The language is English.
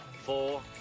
four